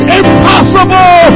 impossible